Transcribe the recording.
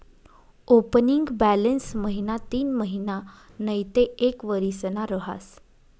opening balance महिना तीनमहिना नैते एक वरीसना रहास